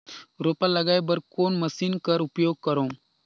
रोपा लगाय बर कोन मशीन कर उपयोग करव?